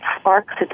sparks